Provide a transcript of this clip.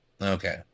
Okay